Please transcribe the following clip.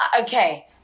okay